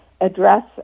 address